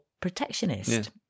protectionist